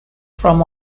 from